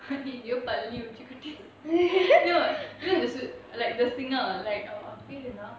like the singer like அவ பெரேனா:ava paerennaa